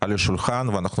על השולחן ואנחנו